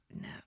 No